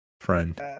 friend